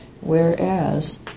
whereas